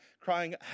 crying